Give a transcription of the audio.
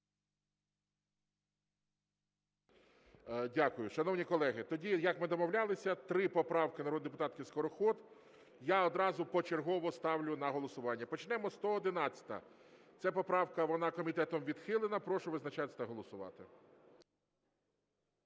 Дякую. Шановні колеги, тоді, як ми домовлялися, три поправки народної депутатки Скороход я одразу почергово ставлю на голосування. Почнемо, 111-а. Ця поправка, вона комітетом відхилена. Прошу визначатись та голосувати.